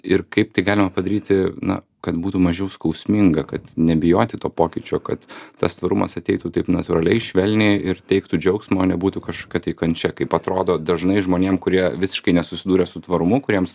ir kaip tai galima padaryti na kad būtų mažiau skausminga kad nebijoti to pokyčio kad tas tvarumas ateitų taip natūraliai švelniai ir teiktų džiaugsmo nebūtų kažkokia tai kančia kaip atrodo dažnai žmonėm kurie visiškai nesusidūrę su tvarumu kuriems